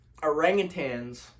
orangutans